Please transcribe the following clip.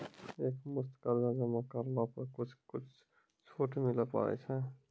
एक मुस्त कर्जा जमा करला पर कुछ छुट मिले पारे छै?